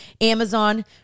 Amazon